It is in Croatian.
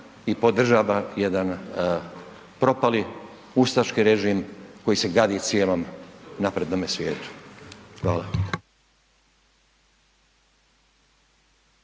i podržava jedan propali ustaški režim koji se gadi cijelome naprednome svijetu. Hvala.